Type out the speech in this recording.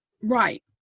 right